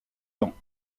temps